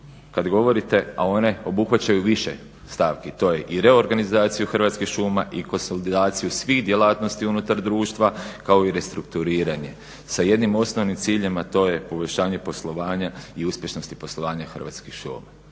Kad govorite, a one obuhvaćaju više stavki, to je i reorganizaciju Hrvatskih šuma i konsolidaciju svih djelatnosti unutar društva kao i restrukturiranje sa jednim osnovnim ciljem a to je poboljšanje poslovanja i uspješnosti poslovanja Hrvatskih šuma.